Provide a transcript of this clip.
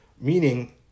meaning